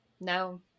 No